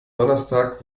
donnerstag